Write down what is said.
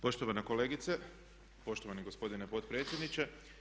Poštovana kolegice, poštovani gospodine potpredsjedniče.